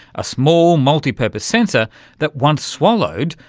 a small multi-purpose sensor that, once swallowed,